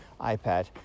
iPad